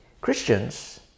Christians